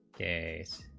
days.